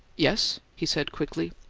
yes? he said, quickly.